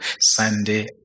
Sunday